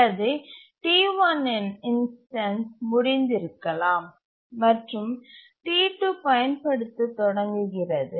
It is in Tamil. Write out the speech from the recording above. அல்லது T1இன் இன்ஸ்டன்ஸ் முடிந்திருக்கலாம் மற்றும் T2 பயன்படுத்தத் தொடங்குகிறது